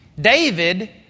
David